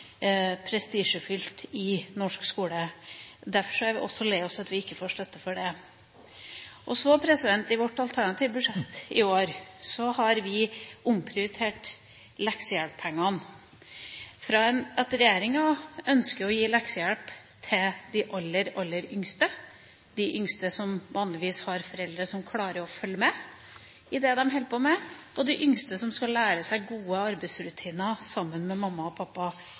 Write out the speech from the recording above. prestisjefylt i norsk skole. Derfor er vi også lei oss for at vi ikke får støtte for det. I vårt alternative budsjett i år har vi omprioritert leksehjelppengene. Regjeringa ønsker å gi leksehjelp til de aller yngste, de yngste som vanligvis har foreldre som klarer å følge med på det de holder på med, de yngste som skal lære seg gode arbeidsrutiner sammen med mamma og pappa